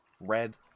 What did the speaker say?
red